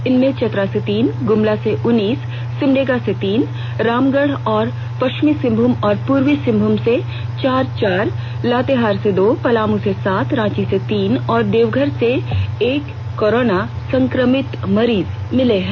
इनमें चतरा से तीन ग्मला से उन्नीस सिमडेगा से तीन रामगढ़ और पश्चिमी सिंहमूम और पूर्वी सिंहमूम से चार चार लातेहार से दो पलामू से सात रांची से तीन और देवघर से एक कोरोना संक्रमित मरीज मिले हैं